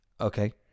okay